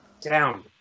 Down